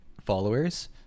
followers